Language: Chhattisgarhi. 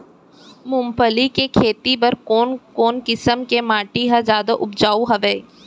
मूंगफली के खेती बर कोन कोन किसम के माटी ह जादा उपजाऊ हवये?